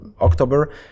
October